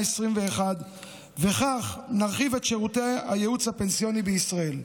ה-21 ונרחיב את שירותי הייעוץ הפנסיוני בישראל.